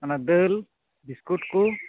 ᱚᱱᱮ ᱫᱟᱹᱞ ᱵᱤᱥᱠᱩᱴ ᱠᱚ